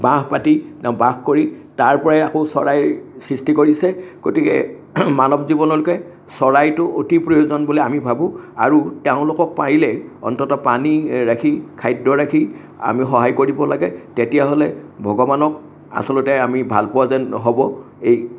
বাহ পাতি বাস কৰি তাৰপৰাই আকৌ চৰাইৰ সৃষ্টি কৰিছে গতিকে মানৱ জীৱনলৈকে চৰাইটো অতি প্ৰয়োজন বুলি আমি ভাবোঁ আৰু তেওঁলোকক পাৰিলে অন্ততঃ পানী ৰাখি খাদ্য ৰাখি আমি সহায় কৰিব লাগে তেতিয়াহ'লে ভগৱানক আচলতে আমি ভালপোৱা যেন হ'ব এই